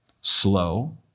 Slow